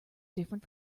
different